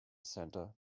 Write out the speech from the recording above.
center